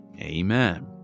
Amen